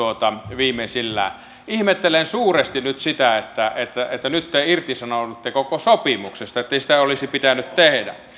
viimeisillään ihmettelen suuresti nyt sitä että että nyt te irtisanoudutte koko sopimuksesta ettei sitä olisi pitänyt tehdä